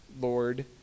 Lord